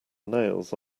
nails